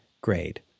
grade